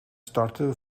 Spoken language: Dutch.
startte